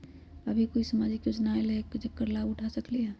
अभी कोई सामाजिक योजना आयल है जेकर लाभ हम उठा सकली ह?